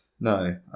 No